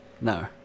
No